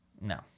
no